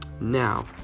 now